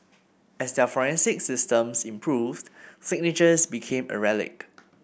as their forensic systems improved signatures became a relic